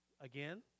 Again